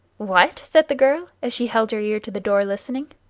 what? said the girl, as she held her ear to the door listening.